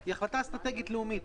אם פותחים היא החלטה אסטרטגית לאומית.